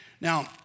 Now